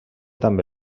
també